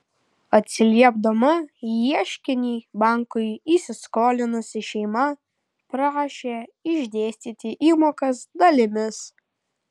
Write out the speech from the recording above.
atsiliepdama į ieškinį bankui įsiskolinusi šeima prašė išdėstyti įmokas dalimis